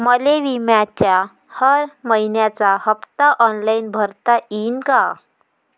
मले बिम्याचा हर मइन्याचा हप्ता ऑनलाईन भरता यीन का?